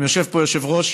יושב פה גם יושב-ראש